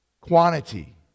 quantity